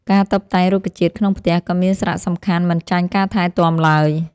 ការតុបតែងរុក្ខជាតិក្នុងផ្ទះក៏មានសារៈសំខាន់មិនចាញ់ការថែទាំឡើយ។